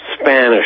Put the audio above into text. Spanish